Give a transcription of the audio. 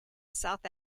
south